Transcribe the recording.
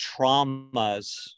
traumas